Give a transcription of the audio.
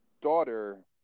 daughter